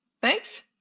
Thanks